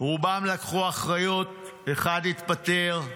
רובם לקחו אחריות, אחד התפטר.